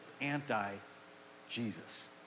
anti-Jesus